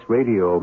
Radio